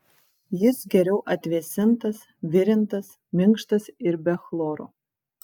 jis geriau atvėsintas virintas minkštas ir be chloro